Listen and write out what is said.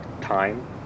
time